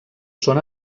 són